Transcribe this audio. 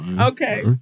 Okay